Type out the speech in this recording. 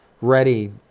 ready